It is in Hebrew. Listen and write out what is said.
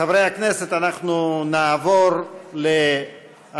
חברי הכנסת, אנחנו נעבור להצבעה.